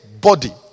body